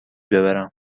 ببرم